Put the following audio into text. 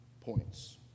points